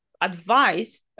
advice